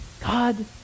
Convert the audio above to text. God